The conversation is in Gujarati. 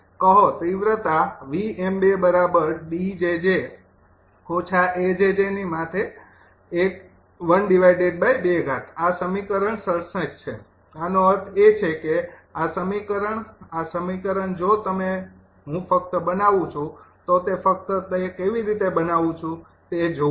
કહો તીવ્રતા આ સમીકરણ ૬૭ છે આનો અર્થ એ છે કે આ સમીકરણ આ સમીકરણ જો તમે હું ફકત બનાવું છુ તો તે ફક્ત તે કેવી રીતે બનાવું છુ તે જોવો